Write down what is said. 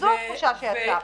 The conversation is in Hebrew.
זו התחושה כאן.